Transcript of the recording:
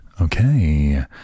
Okay